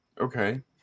Okay